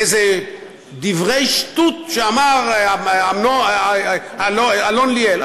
איזה דברי שטות שאמר אלון ליאל.